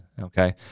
Okay